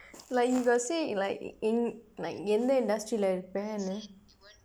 like you got say like எந்த:endtha industry இருப்ப:iruppa like